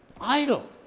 idle